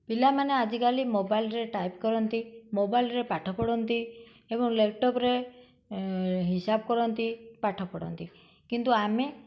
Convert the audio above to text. ପିଲାମାନେ ଆଜିକାଲି ମୋବାଇଲ୍ରେ ଟାଇପ୍ କରନ୍ତି ମୋବାଇଲ୍ରେ ପାଠ ପଢ଼ନ୍ତି ଏବଂ ଲ୍ୟାପଟପ୍ରେ ହିସାବ କରନ୍ତି ପାଠ ପଢ଼ନ୍ତି କିନ୍ତୁ ଆମେ